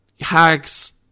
hacks